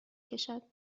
کشد